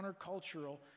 countercultural